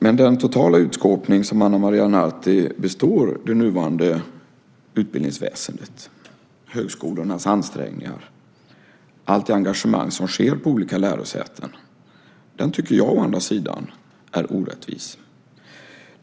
Men den totala utskåpning som Ana Maria Narti består det nuvarande utbildningsväsendet, högskolornas ansträngningar och allt det engagemang som finns på olika lärosäten tycker jag å andra sidan är orättvis.